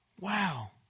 Wow